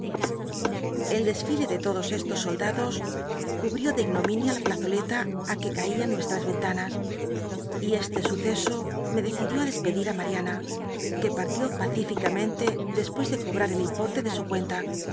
el desfile de lodos estos soldados cubrió de ignominia la plazoleta i que ca ían nuesltas cntanas y este suceso me decidió i despedir á lmian t que partió pacíficamente despucs de cobrar el importe de su cuenta